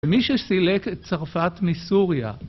ומי שסילק את צרפת מסוריה